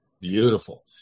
Beautiful